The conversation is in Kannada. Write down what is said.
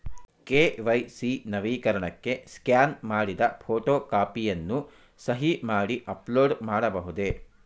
ಕೆ.ವೈ.ಸಿ ನವೀಕರಣಕ್ಕೆ ಸ್ಕ್ಯಾನ್ ಮಾಡಿದ ಫೋಟೋ ಕಾಪಿಯನ್ನು ಸಹಿ ಮಾಡಿ ಅಪ್ಲೋಡ್ ಮಾಡಬಹುದೇ?